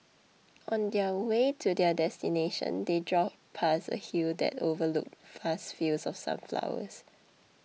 on their way to their destination they drove past a hill that overlooked vast fields of sunflowers